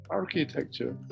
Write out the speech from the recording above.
architecture